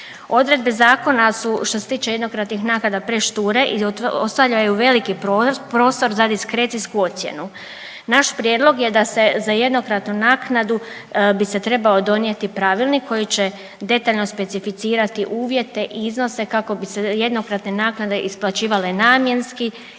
Odredbe zakona su što se tiče jednokratnih naknada prešture i ostavljaju veliki prostor za diskrecijsku ocjenu. Naš prijedlog je da se za jednokratnu naknadu bi se trebao donijeti pravilnik koji će detaljno specificirati uvjete i iznose kako bi se jednokratne naknadne isplaćivale namjenski